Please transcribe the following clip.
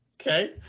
Okay